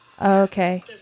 Okay